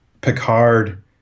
Picard